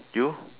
you